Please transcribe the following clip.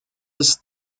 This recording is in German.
ist